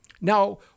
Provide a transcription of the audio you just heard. Now